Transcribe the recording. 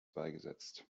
beigesetzt